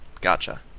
Gotcha